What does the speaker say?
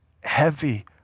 heavy